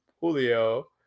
Julio